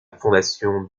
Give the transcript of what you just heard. fondation